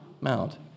Mount